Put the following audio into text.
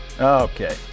Okay